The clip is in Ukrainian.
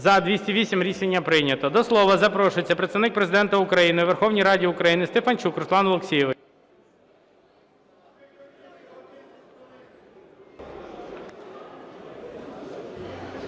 За-227 Рішення прийнято. До слова запрошується Представник Президента України у Верховній Раді України Стефанчук Руслан Олексійович.